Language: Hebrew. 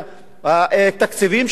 התקציבים של המדינה,